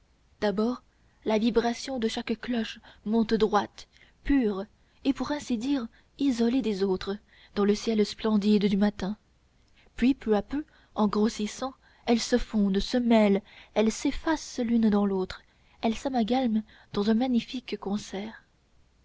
d'abord la vibration de chaque cloche monte droite pure et pour ainsi dire isolée des autres dans le ciel splendide du matin puis peu à peu en grossissant elles se fondent elles se mêlent elles s'effacent l'une dans l'autre elles s'amalgament dans un magnifique concert